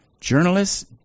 Journalists